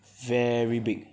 very big